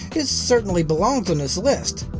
it certainly belongs on this list.